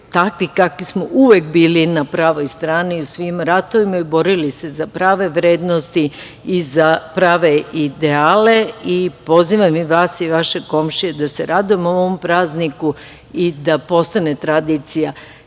takvi kakvi smo, uvek bili na pravoj strani u svim ratovima i borili se za prave vrednosti i za prave ideale. Pozivam i vas i vaše komšije da se radujemo ovom prazniku i da postane tradicija